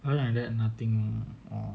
other than that nothing orh